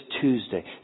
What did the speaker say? Tuesday